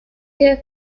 care